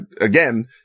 Again